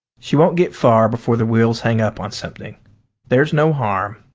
she won't get far before the wheels hang up on something there's no harm.